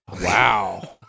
Wow